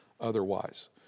otherwise